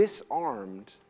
disarmed